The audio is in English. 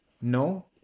No